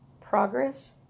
progress